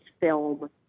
film